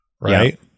Right